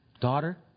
daughter